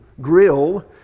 grill